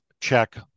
check